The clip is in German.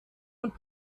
und